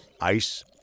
Ice